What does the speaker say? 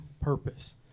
purpose